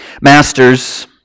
Masters